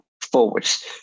forwards